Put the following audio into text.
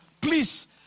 Please